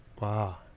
Wow